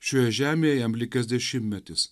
šioje žemėje jam likęs dešimtmetis